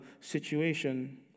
situation